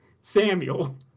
samuel